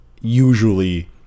usually